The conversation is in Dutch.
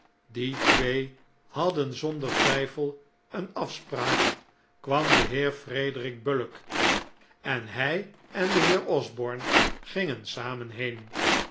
die twee hadden zonder twijfel een afspraak kwam de heer frederic bullock en hij en de heer osborne gingen samen heen